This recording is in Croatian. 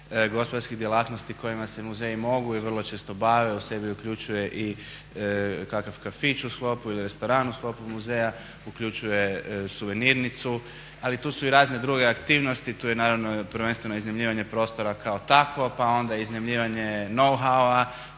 gospodarskih djelatnosti kojima se muzeji mogu i vrlo često bave u sebi uključuje i kakav kafić u sklopu, ili restoran u sklopu muzeja, uključuje suvenirnicu, ali tu su i razne druge aktivnosti, tu je naravno prvenstveno iznajmljivanje prostora kao takvo, pa onda iznajmljivanje … radionice,